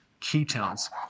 ketones